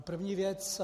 První věc.